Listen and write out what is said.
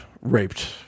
raped